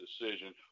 decision